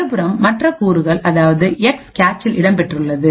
மறுபுறம் மற்ற கூறுகள் அதாவது எக்ஸ் கேச்சில் இடம் பெற்றுள்ளது